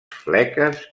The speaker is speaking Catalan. fleques